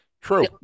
True